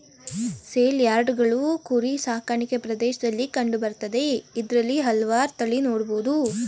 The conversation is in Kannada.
ಸೇಲ್ಯಾರ್ಡ್ಗಳು ಕುರಿ ಸಾಕಾಣಿಕೆ ಪ್ರದೇಶ್ದಲ್ಲಿ ಕಂಡು ಬರ್ತದೆ ಇದ್ರಲ್ಲಿ ಹಲ್ವಾರ್ ತಳಿ ನೊಡ್ಬೊದು